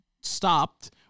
stopped